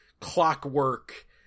clockwork